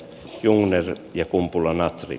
jungner ja kumpula natri